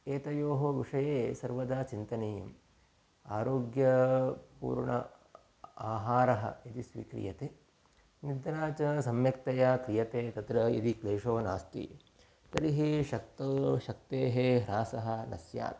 एतयोः विषये सर्वदा चिन्तनीया आरोग्यपूर्णः आहारः इति स्वीक्रियते निद्रा च सम्यक्तया क्रियते तत्र यदि क्लेशः नास्ति तर्हि शक्तौ शक्तेः ह्रासः न स्यात्